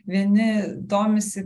vieni domisi